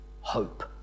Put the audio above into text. Hope